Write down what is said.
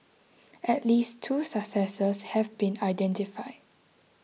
at least two successors have been identified